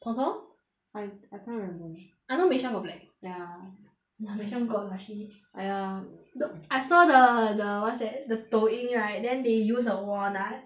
tong tong I I can't remember I know michelle got black ya ya michelle got lah she !aiya! I saw the the what's that the 抖音 right then they use a walnut